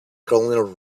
colonel